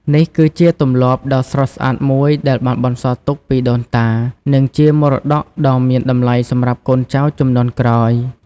នេះគឺជាទម្លាប់ដ៏ស្រស់ស្អាតមួយ ដែលបានបន្សល់ទុកពីដូនតា និងជាមរតកដ៏មានតម្លៃសម្រាប់កូនចៅជំនាន់ក្រោយ។